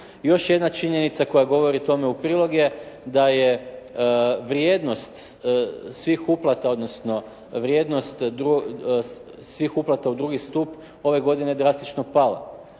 Još jedna činjenica koja govori tome u prilog je da je vrijednost svih uplata odnosno vrijednost svih